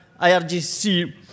IRGC